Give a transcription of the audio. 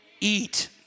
eat